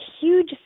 huge